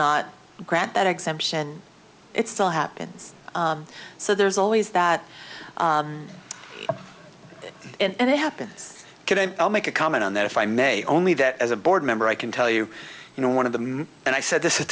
not grant that exemption it still happens so there's always that and it happens i'll make a comment on that if i may only that as a board member i can tell you you know one of the and i said this